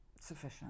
sufficient